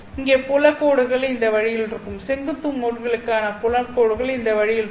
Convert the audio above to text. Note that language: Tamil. இங்கே புலம் கோடுகள் இங்கே இந்த வழியில் இருக்கும் செங்குத்து மோட்களுக்கான புல கோடுகள் இந்த வழியில் இருக்கும்